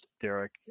Derek